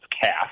cast